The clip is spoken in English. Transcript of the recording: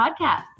podcast